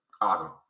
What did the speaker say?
Awesome